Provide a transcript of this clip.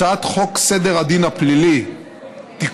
הצעת חוק סדר הדין הפלילי (תיקון,